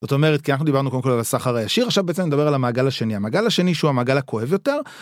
זאת אומרת כי אנחנו דיברנו קודם כל על הסחר הישיר עכשיו בעצם נדבר על המעגל השני המעגל השני שהוא המעגל הכואב יותר.